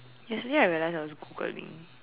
yesterday I realized I was Googling